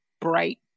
bright